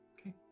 Okay